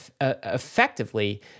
effectively